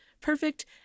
perfect